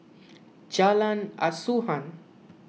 Jalan Asuhan